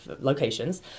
locations